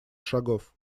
шагов